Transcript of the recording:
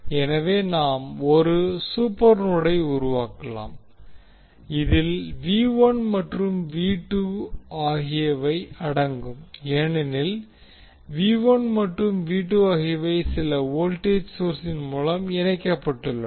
எனவே நாம் 1 சூப்பர்நோடை உருவாக்கலாம் இதில் மற்றும் ஆகியவை அடங்கும் ஏனெனில் மற்றும் ஆகியவை சில வோல்டேஜ் சோர்ஸின் மூலம் இணைக்கப்பட்டுள்ளன